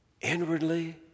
Inwardly